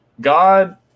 God